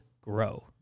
grow